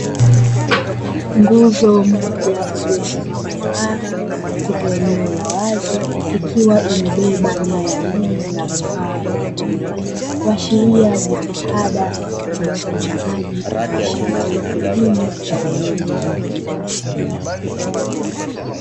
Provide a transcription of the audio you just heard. Nguzo moja iliyosimama imara katika eneo la wazi, ikiwa imebeba nyaya nene na vifaa vya umeme, kuashiria jitihada za usambazaji wa nishati muhimu ya umeme.